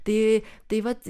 tai tai vat